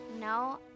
No